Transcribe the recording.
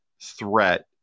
threat